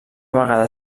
vegada